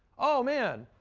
oh man,